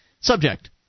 Subject